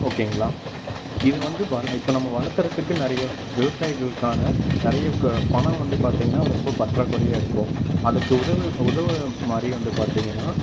ஓகேங்களா இது வந்து வள இப்போ நம்ம வளர்த்துறத்துக்கு நிறைய விவசாயிகளுக்கான நிறைய பணம் வந்து பார்த்தீங்கன்னா ரொம்ப பற்றாக்குறையாக இருக்கும் அதுக்கு உதவ உதவ மாதிரி வந்து பார்த்தீங்கன்னா